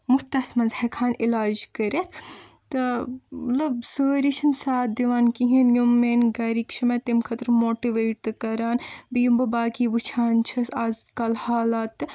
مُفتس منٛز ہیٚکہٕ ہن علاج کٔرِتھ تہٕ لُکھ سٲری چھِنہٕ ساتھ دِوان کہیٖنۍ یِم میٲنۍ گٔرِک چھِ مےٚ تمہِ خٲطرٕ ماٹٕویٹ تہٕ کران بیٚیہِ یم بہٕ باقٕے وٕچھان چھِس آز کل حالات تہٕ